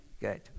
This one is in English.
good